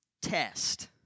test